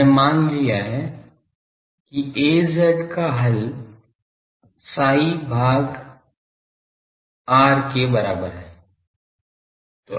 हमने मान लिया है कि Az का हल psi भाग r के बराबर है